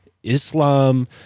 Islam